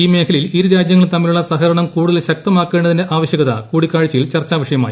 ഈ മേഖലയിൽ ഇരു രാജ്യങ്ങളും തമ്മിലുള്ള സഹകരണം കൂടുതൽ ശക്തമാക്കേണ്ടതിന്റെ ആവശ്യ കത കൂടിക്കാഴ്ചയിൽ ചർച്ചാവിഷയമായി